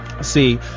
see